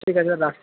ঠিক আছে রাখি